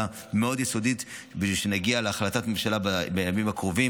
מאוד יסודית בשביל שנגיע להחלטת ממשלה בימים הקרובים,